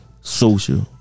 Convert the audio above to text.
social